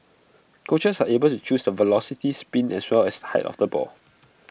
coaches are able to choose the velocity spin as well as the height of the ball